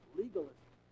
legalism